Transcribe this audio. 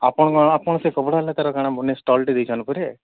ଆପଣଙ୍କର ଆପଣ ସେ କପଡ଼ା ନା ତାର କାଣ ବନେ ଷ୍ଟଲ୍ଟେ ଦେଇଛନ୍ କେଉଁଠି